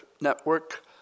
Network